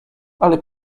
ale